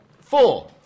four